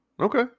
Okay